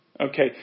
Okay